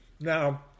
Now